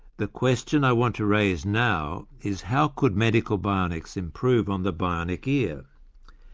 the question i want to raise now is how could medical bionics improve on the bionic ear?